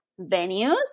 Venues